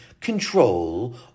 control